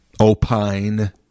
opine